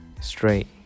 straight